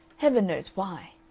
heaven knows why!